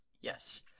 Yes